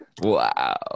wow